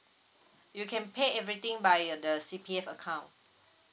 you can pay everything by uh the C_P_F account